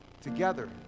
together